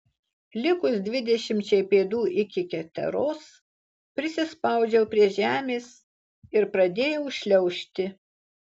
likus dvidešimčiai pėdų iki keteros prisispaudžiau prie žemės ir pradėjau šliaužti